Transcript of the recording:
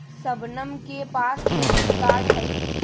शबनम के पास credit card हई